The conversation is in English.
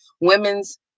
women's